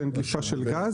שאין דליפה של גז,